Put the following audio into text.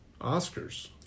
Oscars